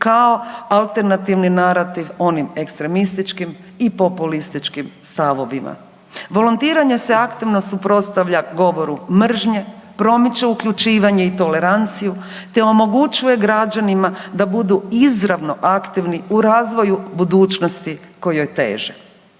kao alternativni narativ onim ekstremističkim i populističkim stavovima. Volontiranje se aktivno suprotstavlja govoru mržnje, promiče uključivanje i toleranciju te omogućuje građanima da budu izravno aktivni u razvoju budućnosti kojoj teže.